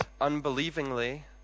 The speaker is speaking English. unbelievingly